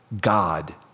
God